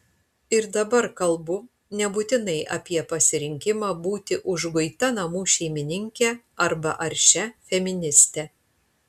ir dabar kalbu nebūtinai apie pasirinkimą būti užguita namų šeimininke arba aršia feministe